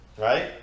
right